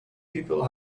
people